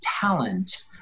talent